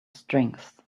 strengths